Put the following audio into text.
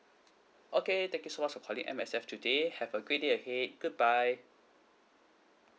okay thank you so much for calling M_S_F today have a great day ahead goodbye